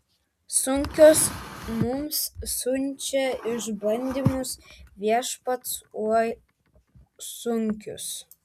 sunkius mums siunčia išbandymus viešpats oi sunkius